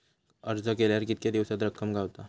अर्ज केल्यार कीतके दिवसात रक्कम गावता?